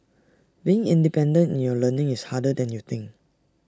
being independent in your learning is harder than you think